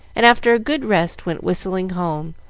and after a good rest went whistling home,